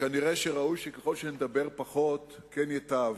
שכנראה ראוי, ככל שנדבר פחות כן ייטב.